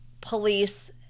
police